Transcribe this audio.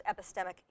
epistemic